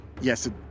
yes